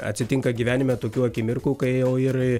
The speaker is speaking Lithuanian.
atsitinka gyvenime tokių akimirkų kai jau ir